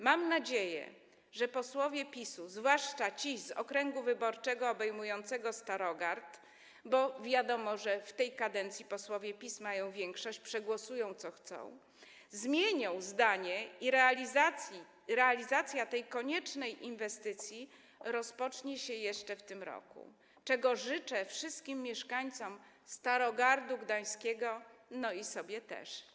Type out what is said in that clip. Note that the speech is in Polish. Mam nadzieję, że posłowie PiS, zwłaszcza ci z okręgu wyborczego obejmującego Starogard - bo wiadomo, że w tej kadencji posłowie PiS mają większość, przegłosują, co chcą - zmienią zdanie i realizacja tej koniecznej inwestycji rozpocznie się jeszcze w tym roku, czego życzę wszystkim mieszkańcom Starogardu Gdańskiego i sobie też.